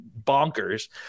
bonkers